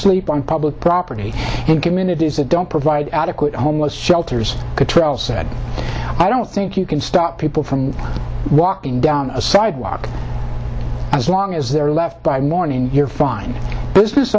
sleep on public property in communities that don't provide adequate homeless shelters control said i don't think you can stop people from walking down a sidewalk as long as they're left by morning you're fine business